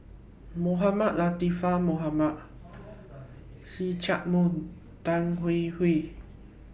Mohamed Latiff Mohamed See Chak Mun Tan Hwee Hwee